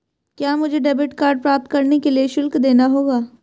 क्या मुझे debit card प्राप्त करने के लिए शुल्क देना होगा?